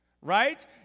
Right